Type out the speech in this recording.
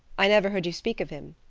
i never heard you speak of him.